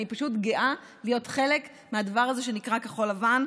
פשוט גאה להיות חלק מהדבר הזה שנקרא כחול לבן.